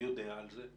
יודע על זה?